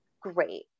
great